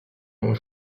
ont